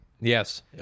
Yes